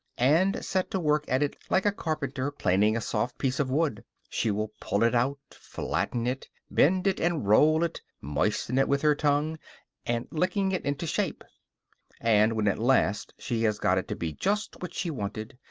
and set to work at it like a carpenter planing a soft piece of wood. she will pull it out, flatten it, bend it and roll it, moistening it with her tongue and licking it into shape and, when at last she has got it to be just what she wanted,